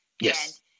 Yes